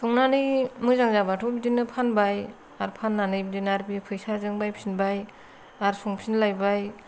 संनानै मोजां जाबाथ' बिदिनो फानबाय आरो फाननानै आरो बे फैसाजों बायफिनबाय आरो संफिनलायबाय